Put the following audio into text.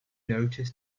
notice